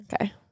Okay